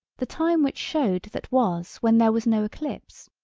the time which showed that was when there was no eclipse.